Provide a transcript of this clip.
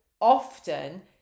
often